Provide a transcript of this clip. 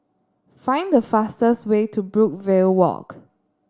find the fastest way to Brookvale Walk